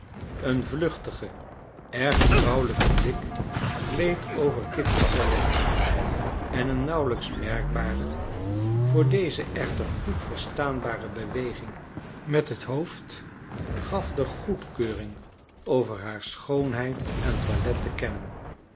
een vluchtige echt vrouwelijke blik gleed over kitty's toilet en een nauwelijks merkbare voor deze echter goed verstaanbare beweging met het hoofd gaf de goedkeuring over haar schoonheid en toilet te kennen